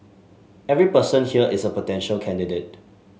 every person here is a potential candidate